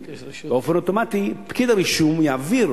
באופן אוטומטי פקיד הרישום יעביר